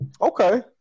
Okay